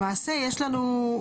למעשה יש לנו,